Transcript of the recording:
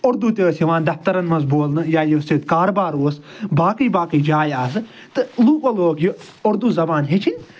تہٕ اُردُو تہِ ٲسۍ دَفترَن منٛز بولنہٕ یا یُس یہِ کاروبار اوس باقٕے باقٕے جایہِ آسہٕ تہٕ لوکو لوگ یہِ اُردُو زَبان ہیٚچھِنۍ تہٕ